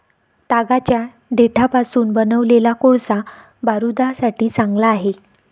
तागाच्या देठापासून बनवलेला कोळसा बारूदासाठी चांगला आहे